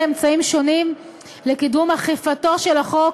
אמצעים שונים לקידום אכיפתו של החוק,